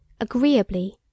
agreeably